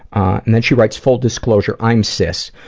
and then she writes, full disclosure, i'm sis.